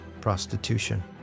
prostitution